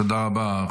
תודה רבה.